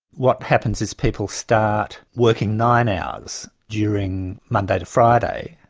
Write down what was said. what happens is people start working nine hours during monday to friday,